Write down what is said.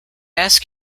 ask